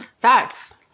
Facts